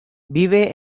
vive